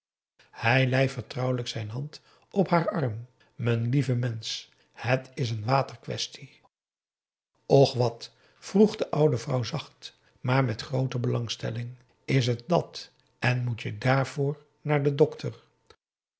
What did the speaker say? hij lei vertrouwelijk zijn hand op haar p a daum hoe hij raad van indië werd onder ps maurits arm m'n lieve mensch het is een waterquaestie och wat vroeg de oude vrouw zacht maar met groote belangstelling is het dàt en moet je daarvoor naar den dokter